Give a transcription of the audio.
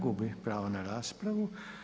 Gubi pravo na rapravu.